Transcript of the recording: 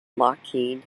lockheed